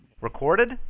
Recorded